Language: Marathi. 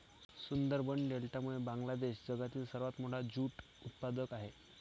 सुंदरबन डेल्टामुळे बांगलादेश जगातील सर्वात मोठा ज्यूट उत्पादक आहे